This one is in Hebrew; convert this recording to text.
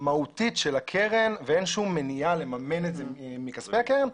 מהותית של הקרן ואין שום מניע לממן את זה מכספי הקרן,